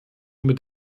mit